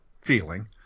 feeling